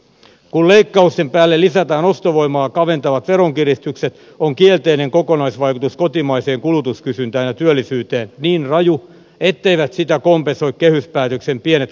kun leikkausten päälle lisätään ostovoimaa kaventavat veronkiristykset on kielteinen kokonaisvaikutus kotimaiseen kulutuskysyntään ja työllisyyteen niin raju etteivät sitä kompensoi kehyspäätöksen pienet kasvupanostukset